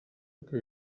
que